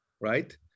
right